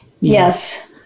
Yes